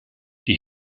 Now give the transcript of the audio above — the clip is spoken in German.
die